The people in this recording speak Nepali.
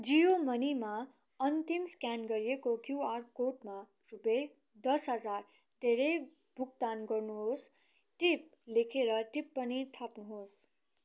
जियो मनीमा अन्तिम स्क्यान गरिएको क्युआर कोडमा रुपियाँ दस हजार धेरै भुक्तान गर्नुहोस् टिप लेखेर टिप्पणी थप्नुहोस्